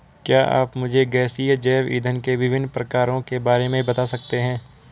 क्या आप मुझे गैसीय जैव इंधन के विभिन्न प्रकारों के बारे में बता सकते हैं?